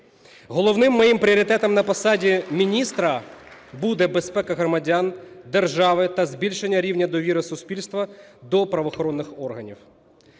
Головним мої пріоритетом на посаді міністра буде безпека громадян, держави та збільшення рівня довіри суспільства до правоохоронних органів.